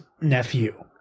nephew